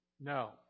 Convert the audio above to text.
No